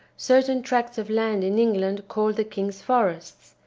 certain tracts of land in england called the king's forests,